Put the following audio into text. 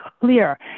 clear